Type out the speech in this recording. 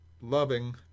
loving